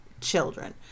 children